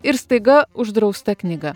ir staiga uždrausta knyga